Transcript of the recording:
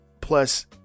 Plus